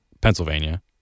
Pennsylvania